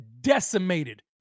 decimated